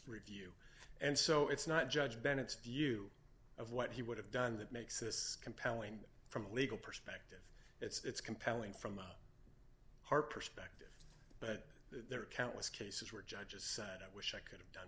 on and so it's not judge bennett's view of what he would have done that makes this compelling from a legal perspective it's compelling from a heart perspective but there are countless cases where judges said i wish i could have done